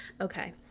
Okay